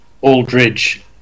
Aldridge